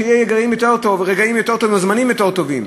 שיהיו רגעים יותר טובים או זמנים יותר טובים,